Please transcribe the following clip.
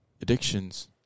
addictions